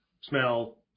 smell